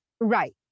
Right